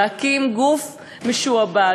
להקים גוף משועבד,